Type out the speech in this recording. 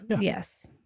yes